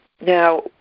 Now